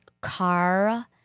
car